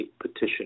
petition